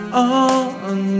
on